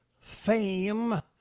fame